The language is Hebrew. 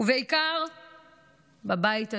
ובעיקר בבית הזה,